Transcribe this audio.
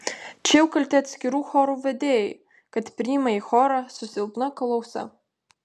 čia jau kalti atskirų chorų vedėjai kad priima į chorą su silpna klausa